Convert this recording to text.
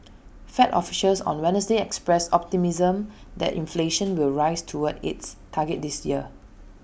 fed officials on Wednesday expressed optimism that inflation will rise toward its target this year